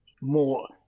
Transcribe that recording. more